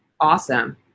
awesome